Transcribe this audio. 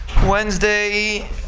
Wednesday